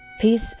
peace